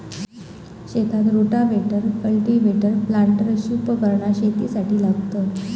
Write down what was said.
शेतात rotavator, cultivator, planter अशी उपकरणा शेतीसाठी लागतत